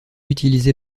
utilisée